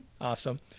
Awesome